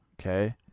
Okay